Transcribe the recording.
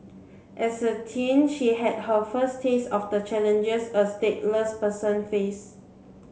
as a teen she had her first taste of the challenges a stateless person face